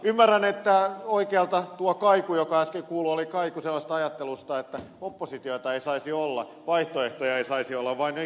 ymmärrän että oikealta tuo kaiku joka äsken kuului oli kaiku sellaisesta ajattelusta että oppositiota ei saisi olla vaihtoehtoja ei saisi olla vain yksi ainoa totuus